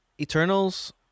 Eternals